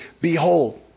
behold